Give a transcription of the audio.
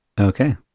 Okay